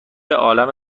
عالم